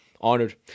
Honored